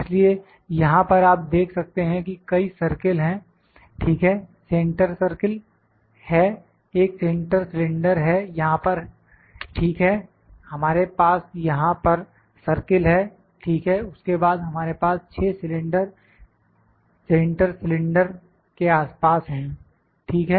इसलिए यहां पर आप देख सकते हैं कि कई सर्किल है ठीक है सेंटर सर्किल है एक सेंटर सिलेंडर यहां पर ठीक है हमारे पास यहां पर सर्किल है ठीक है उसके बाद हमारे पास 6 सिलेंडर सेंटर सिलेंडर के आसपास हैं ठीक है